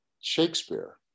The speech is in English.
Shakespeare